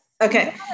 Okay